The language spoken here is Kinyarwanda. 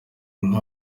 nka